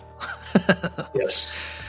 Yes